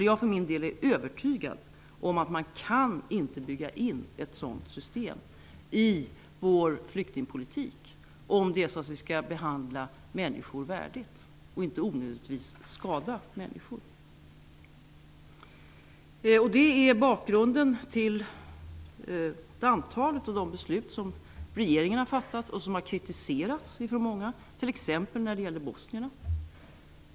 Jag är övertygad om att vi, om vi skall behandla människor värdigt och inte onödigtvis skall skada människor, inte kan bygga in ett sådant system i vår flyktingpolitik. Detta är bakgrunden till ett antal av de beslut som regeringen har fattat och som har kritiserats av många, t.ex. när det gäller bosnierna.